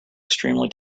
extremely